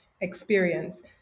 experience